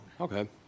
Okay